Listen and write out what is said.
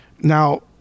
now